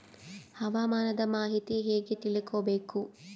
ಹವಾಮಾನದ ಮಾಹಿತಿ ಹೇಗೆ ತಿಳಕೊಬೇಕು?